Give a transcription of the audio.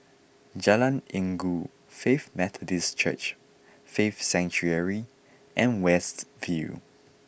Jalan Inggu Faith Methodist Church Faith Sanctuary and West View